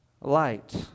light